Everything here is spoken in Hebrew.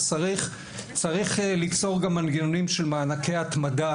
אז צריך ליצור גם מנגנונים של מענקי התמדה